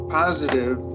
positive